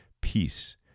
peace